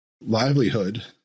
livelihood